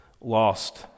Lost